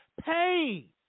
pain